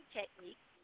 techniques